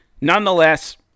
Nonetheless